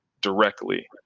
directly